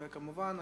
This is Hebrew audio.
וכמובן,